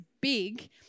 big